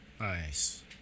Nice